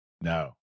No